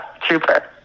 Trooper